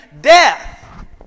death